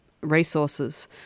resources